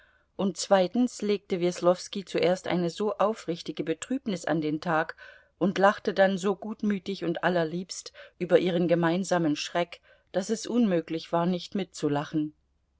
und zweitens legte weslowski zuerst eine so aufrichtige betrübnis an den tag und lachte dann so gutmütig und allerliebst über ihren gemeinsamen schreck daß es unmöglich war nicht mitzulachen